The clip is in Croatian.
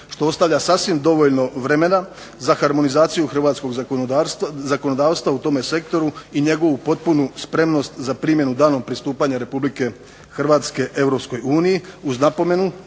što ostavlja sasvim dovoljno vremena za harmonizaciju hrvatskog zakonodavstva u tome sektoru i njegovu potpunu spremnost za primjenu danom pristupanja Republike Hrvatske EU uz napomenu